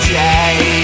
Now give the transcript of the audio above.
day